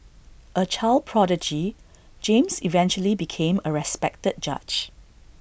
A child prodigy James eventually became A respected judge